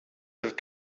have